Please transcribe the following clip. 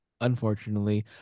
unfortunately